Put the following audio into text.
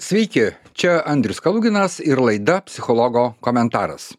sveiki čia andrius kaluginas ir laida psichologo komentaras